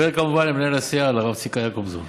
וכמובן למנהל הסיעה, לרב צביקה יעקובזון.